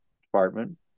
department